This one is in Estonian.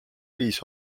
viis